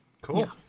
Cool